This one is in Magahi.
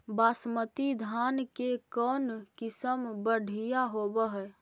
बासमती धान के कौन किसम बँढ़िया होब है?